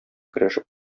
көрәшеп